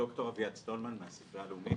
ד"ר אביעד סטולמן מהספרייה הלאומית.